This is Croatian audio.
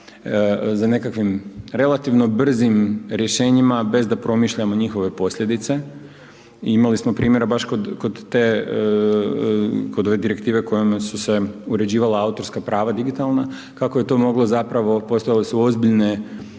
za nekakvim relativno brzim rješenjima bez da promišljamo njihove posljedice i imali smo primjera baš kod te, kod ove Direktive kojom su se uređivala autorska prava digitalna, kako je to moglo zapravo postojale su ozbiljne,